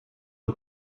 are